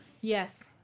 Yes